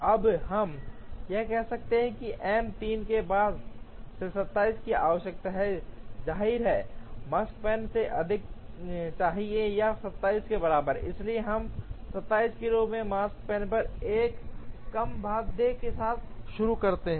अब हम कह सकते हैं कि M 3 के बाद से 27 की आवश्यकता है जाहिर है Makespan अधिक होना चाहिए या 27 के बराबर है इसलिए हम 27 के रूप में Makespan पर एक कम बाध्य के साथ शुरू करते हैं